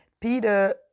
Peter